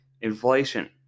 inflation